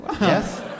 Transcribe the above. Yes